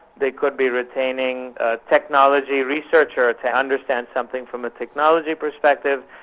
they could be retaining a technology researcher to understand something from a technology perspective,